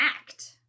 act